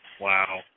Wow